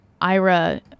Ira